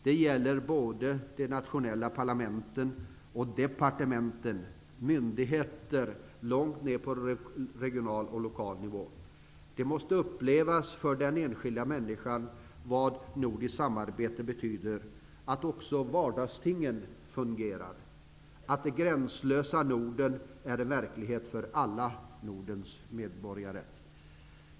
Det gäller de nationella parlamenten, departementen och myndigheter långt ned på regional och lokal nivå. För den enskilda människan betyder nordiskt samarbete att också vardagstingen fungerar. Det gränslösa Norden skall vara en verklighet för alla Herr talman!